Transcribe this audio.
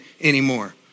anymore